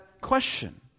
question